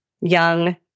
young